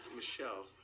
Michelle